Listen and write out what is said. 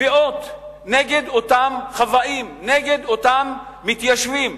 תביעות נגד אותם חוואים, נגד אותם מתיישבים.